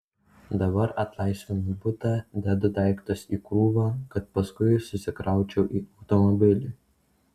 dabar atlaisvinu butą dedu daiktus į krūvą kad paskui susikraučiau į automobilį